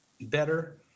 better